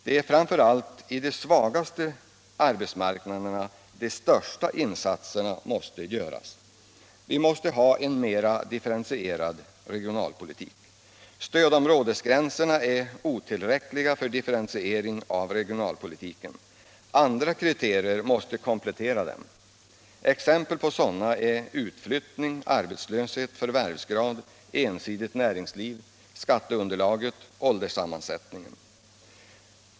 Det är framför allt i de svagaste arbetsmarknaderna de största insatserna måste göras. Vi måste ha en mera differentierad regionalpolitik. Stödområdesgränserna är otillräckliga för differentiering av regionalpolitiken. Andra kriterier måste komplettera dem. Exempel på sådana är utflyttning, arbetslöshet, förvärvsgrad, ensidigt näringsliv, skatteunderlag och ålderssammansättning.